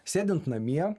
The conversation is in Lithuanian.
sėdint namie